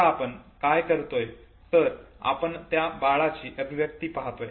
आत्ता आपण काय करतोय तर आपण त्या बाळाची अभिव्यक्ती पहातोय